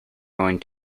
going